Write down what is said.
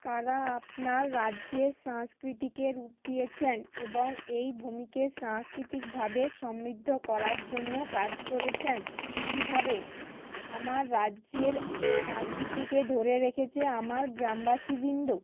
কারা আপনার রাজ্যের সংস্কৃতিকে রূপ দিয়েছেন এবং এই ভূমিকে সংস্কৃতিকভাবে সমৃদ্ধ করার জন্য কাজ করেছেন কীভাবে আমার রাজ্যের সংস্কৃতিকে ধরে রেখেছে আমার গ্রামবাসীবৃন্দ